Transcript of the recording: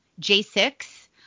J6